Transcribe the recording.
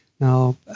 Now